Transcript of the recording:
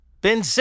Ben